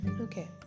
Okay